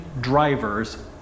drivers